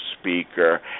speaker